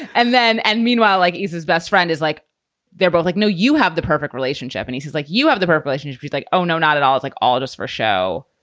and then and meanwhile, like he's his best friend is like they're both like, no, you have the perfect relationship. and he's like, you have the but relationship. he's like, oh no, not at all. it's like all just for show.